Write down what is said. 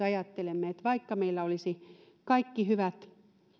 ajattelemme että vaikka meillä olisi kaikki hyvät